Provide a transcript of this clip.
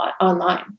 online